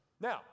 Now